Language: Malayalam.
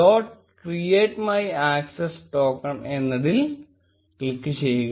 create my access token എന്നതിൽ ക്ലിക്ക് ചെയ്യുക